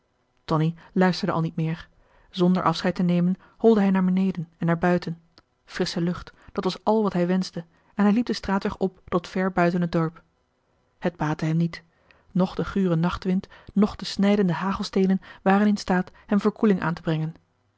tonie luisterde al niet meer zonder afscheid te nemen holde hij naar beneden en naar buiten frissche lucht dat was al wat hij wenschte en hij liep den straatweg op tot ver buiten het dorp het baatte hem niet noch de gure nachtwind noch de snijdende hagelsteenen waren in staat hem verkoeling aantebrengen in de